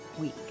week